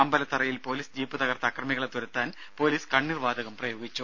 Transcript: അമ്പലത്തറയിൽ police jeep തകർത്ത അക്രമികളെ തുരത്താൻ പൊലീസ് കണ്ണീർവാതകം പ്രയോഗിച്ചു